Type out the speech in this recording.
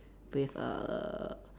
with a